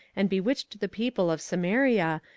and bewitched the people of samaria,